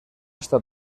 està